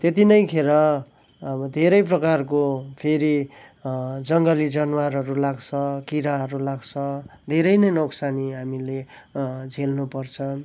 त्यति नै खेर अब धेरै प्रकारको फेरि जङ्गली जनावरहरू लाग्छ किराहरू लाग्छ धेरै नै नोक्सानी हामीले झेल्नु पर्छ